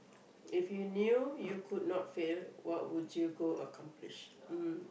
if you knew you could not fail what would you go accomplish um